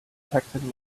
detected